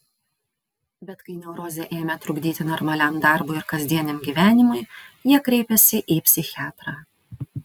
bet kai neurozė ėmė trukdyti normaliam darbui ir kasdieniam gyvenimui jie kreipėsi į psichiatrą